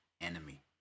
enemy